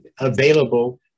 available